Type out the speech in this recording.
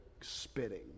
spitting